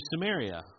Samaria